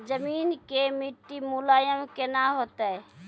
जमीन के मिट्टी मुलायम केना होतै?